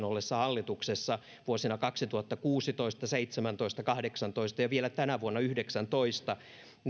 ollessa hallituksessa vuosina kaksituhattakuusitoista seitsemäntoista kahdeksantoista ja vielä tänä vuonna yhdeksäntoista